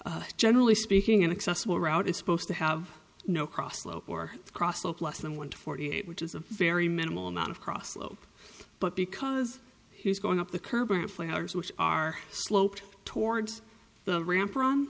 that generally speaking inaccessible route is supposed to have no cross slope or crossed off less than one to forty eight which is a very minimal amount of cross lope but because he's going up the curb and flowers which are sloped towards the ramp from